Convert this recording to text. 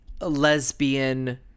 lesbian